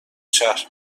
شهر